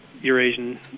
eurasian